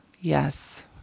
Yes